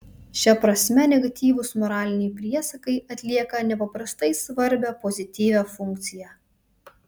šia prasme negatyvūs moraliniai priesakai atlieka nepaprastai svarbią pozityvią funkciją